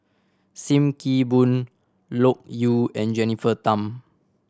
Sim Kee Boon Loke Yew and Jennifer Tham